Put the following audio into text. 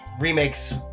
remakes